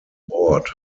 board